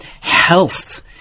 health